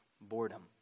boredom